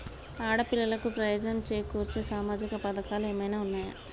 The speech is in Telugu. ఆడపిల్లలకు ప్రయోజనం చేకూర్చే సామాజిక పథకాలు ఏమైనా ఉన్నయా?